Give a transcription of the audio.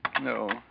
No